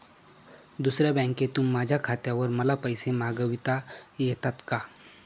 दुसऱ्या बँकेतून माझ्या खात्यावर मला पैसे मागविता येतात का?